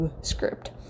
script